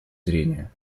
зрения